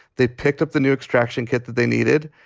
they picked up the new extraction kit that they needed.